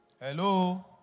Hello